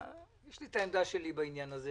יש לי את העמדה שלי בעניין הזה,